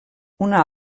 una